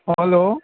hello